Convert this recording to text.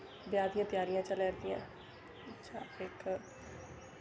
ब्याह् दियां तेआरियां चला र दियां न अच्छा इक